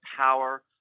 power